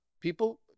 People